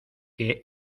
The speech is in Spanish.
que